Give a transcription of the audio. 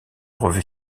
revues